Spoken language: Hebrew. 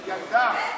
ילדה,